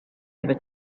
ever